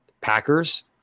Packers